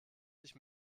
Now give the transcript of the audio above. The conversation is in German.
sich